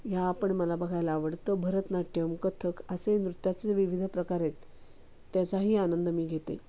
ह्या पण मला बघायला आवडतं भरतनाट्यम कथक असे नृत्याचे विविध प्रकार आहेत त्याचाही आनंद मी घेते